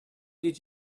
did